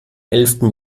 elften